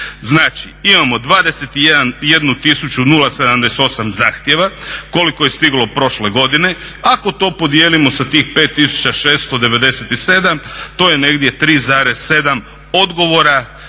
Znači imamo 21.078 zahtjeva, koliko je stiglo prošle godine, ako to podijelimo sa tih 5.697 to je negdje 3,7 odgovora